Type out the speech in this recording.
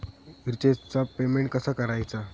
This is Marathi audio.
रिचार्जचा पेमेंट कसा करायचा?